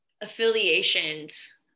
affiliations